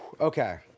Okay